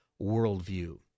worldview